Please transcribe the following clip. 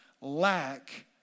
lack